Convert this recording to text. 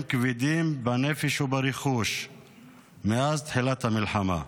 כבדים בנפש וברכוש מאז תחילת המלחמה.